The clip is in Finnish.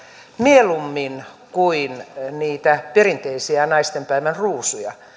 mieluummin kuin niitä perinteisiä naistenpäivän ruusuja